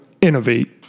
Innovate